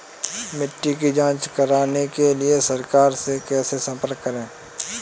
मिट्टी की जांच कराने के लिए सरकार से कैसे संपर्क करें?